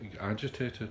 agitated